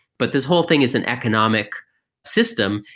but this whole thing is an economic system,